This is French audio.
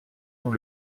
dans